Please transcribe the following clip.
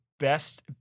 best